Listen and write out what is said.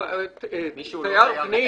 כתוב ככה: '"תייר פנים"